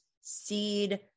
seed